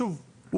שוב,